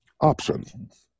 options